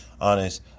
honest